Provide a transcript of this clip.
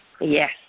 Yes